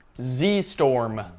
Z-Storm